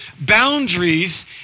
boundaries